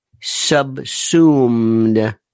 subsumed